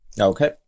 Okay